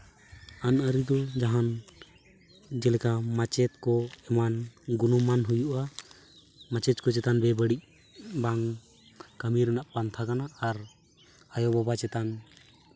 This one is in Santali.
ᱟᱹᱱᱼᱟᱹᱨᱤ ᱠᱚ ᱡᱟᱦᱟᱱ ᱡᱮᱞᱮᱠᱟ ᱢᱟᱪᱮᱫ ᱠᱚ ᱮᱢᱟᱱ ᱜᱩᱱᱚᱢᱟᱱ ᱦᱩᱭᱩᱜᱼᱟ ᱢᱟᱪᱮᱫ ᱠᱚ ᱪᱮᱛᱟᱱ ᱵᱮᱵᱟᱹᱲᱤᱡ ᱵᱟᱝ ᱠᱟᱹᱢᱤ ᱨᱮᱱᱟᱜ ᱯᱟᱱᱛᱷᱟ ᱠᱟᱱᱟ ᱟᱨ ᱟᱭᱚᱼᱵᱟᱵᱟ ᱪᱮᱛᱟᱱ